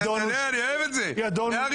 ידונו --- אני אוהב את זה קריאה ראשונה.